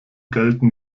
gelten